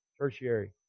tertiary